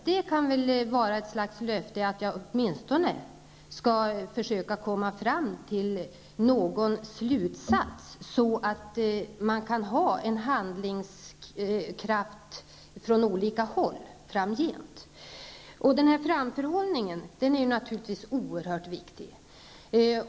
Det kan väl vara ett slags löfte, att jag åtminstone skall försöka komma fram till någon slutsats som gör att det framgent finns handlingskraft på olika håll. Denna framförhållning är naturligtvis oerhört viktig.